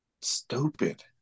stupid